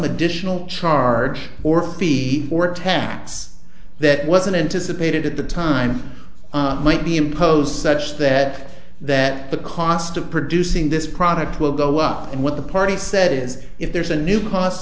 additional charge or fee or tax that wasn't anticipated at the time might be imposed such that that the cost of producing this product will go up and what the party said is if there's a new cost